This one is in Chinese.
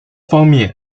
方面